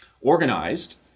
organized